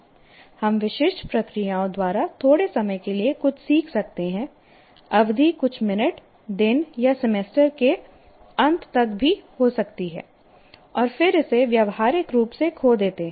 हम विशिष्ट प्रक्रियाओं द्वारा थोड़े समय के लिए कुछ सीख सकते हैं अवधि कुछ मिनट दिन या सेमेस्टर के अंत तक भी हो सकती है और फिर इसे व्यावहारिक रूप से खो देते हैं